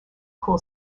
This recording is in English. cool